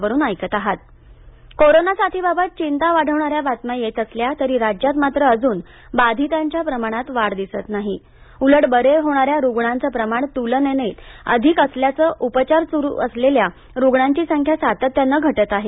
Covid corona साथीबाबत चिंता वाढवणाऱ्या बातम्या येत असल्या तरी राज्यात मात्र अजून बाधितांच्या प्रमाणात वाढ दिसत नाही उलट बरे होणाऱ्या रुग्णांचं प्रमाण तुलनेत अधिक असल्यानं उपचार चुरू असलेल्या रुग्णांची संख्या सातत्यानं घटते आहे